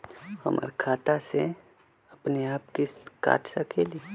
हमर खाता से अपनेआप किस्त काट सकेली?